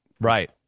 Right